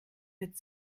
wird